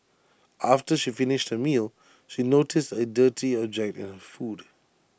after she finished her meal she noticed A dirty object in her food